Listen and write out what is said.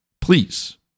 Please